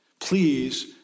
Please